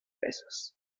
pesos